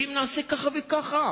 אם נעשה ככה וככה,